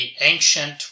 ancient